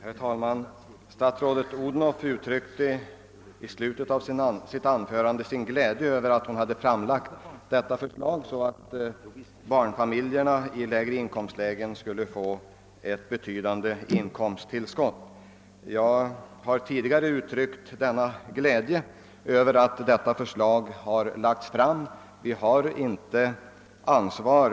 Herr talman! Statsrådet Odhnoff uttryckte i slutet av sitt anförande sin glädje över att ha framlagt detta förslag, varigenom barnfamiljerna i lägre inkomstgrupper skulle få ett betydande inkomsttillskott. Jag har tidigare uttryckt samma glädje över att detta förslag lagts fram.